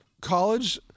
college